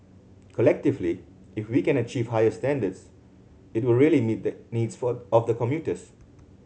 collectively if we can achieve higher standards it will really meet the needs for of the commuters